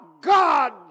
God